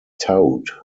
towed